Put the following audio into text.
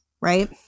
right